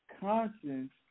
conscience